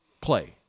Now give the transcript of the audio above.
play